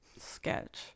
sketch